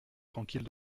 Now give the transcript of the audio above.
tranquille